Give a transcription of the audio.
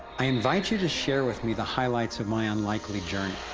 i invite you to share with me the highlights of my unlikely journey!